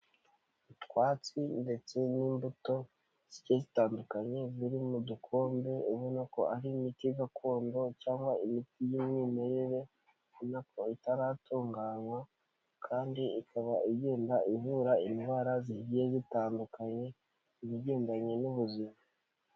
Utwatsi ndetse n'imbuto zigiye zitandukanye ziri mu dukombe, ubona ko ari imiti gakondo cyangwa imiti y'umwimerere itaratunganywa kandi ikaba igenda ivura indwara zigiye zitandukanye, ibigendanye n'ubuzima.